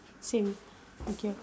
same okay